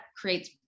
creates